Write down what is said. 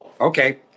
okay